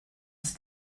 ist